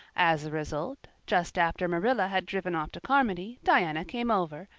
as a result just after marilla had driven off to carmody, diana came over,